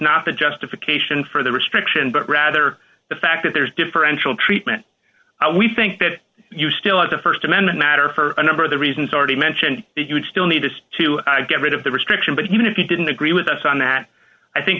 not the justification for the restriction but rather the fact that there's differential treatment we think that you still as a st amendment matter for a number of the reasons already mentioned that you would still need this to get rid of the restriction but even if you didn't agree with us on that i think